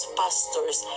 pastors